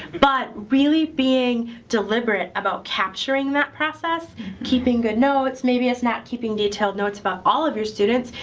but really being deliberate about capturing that process keeping good notes maybe it's not keeping detailed notes about all of your students.